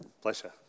Pleasure